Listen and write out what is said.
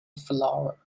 floor